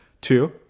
Two